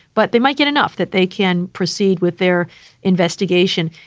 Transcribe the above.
but they might get enough that they can proceed with their investigation.